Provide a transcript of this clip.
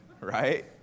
right